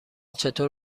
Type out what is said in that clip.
چطور